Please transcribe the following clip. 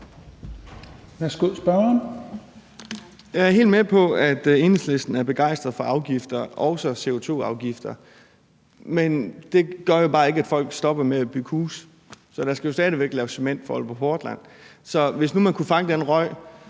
Jeg er helt med på, at Enhedslisten er begejstret for afgifter, også CO2-afgifter, men det gør jo bare ikke, at folk stopper med at bygge huse, så der skal jo stadig væk laves cement hos Aalborg Portland. Så hvis nu man kunne fange den røg